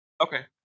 okay